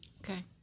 Okay